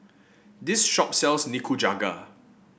this shop sells Nikujaga